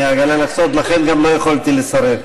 אני אגלה לך סוד, לכן גם לא יכולתי לסרב.